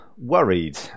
worried